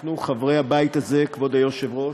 אנחנו, חברי הבית הזה, כבוד היושב-ראש,